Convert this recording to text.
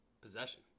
possession